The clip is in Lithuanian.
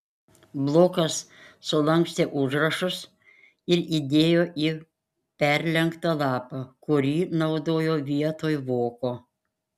blokas sulankstė užrašus ir įdėjo į perlenktą lapą kurį naudojo vietoj voko